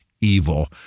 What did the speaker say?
evil